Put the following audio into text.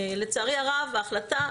לצערי הרב ההחלטה